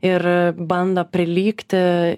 ir bando prilygti